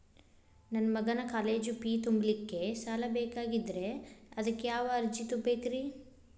ನನ್ನ ಮಗನ college fee ತುಂಬಲಿಕ್ಕೆ ಸಾಲ ಬೇಕಾಗೆದ್ರಿ ಅದಕ್ಯಾವ ಅರ್ಜಿ ತುಂಬೇಕ್ರಿ?